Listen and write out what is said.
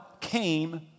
came